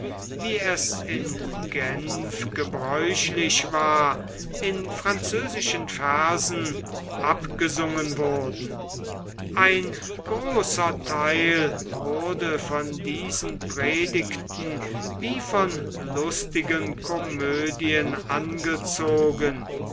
wie es in genf gebräuchlich war in französischen versen abgesungen wurden ein großer theil wurde von diesen predigten wie von lustigen komödien angezogen